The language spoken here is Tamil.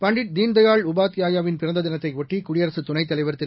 பண்டிட் தீன்தயாள் உபாத்தியாயா வின் பிறந்த தினத்தையொட்டி குடியரசு துணைத் தலைவர் திரு